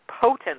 potent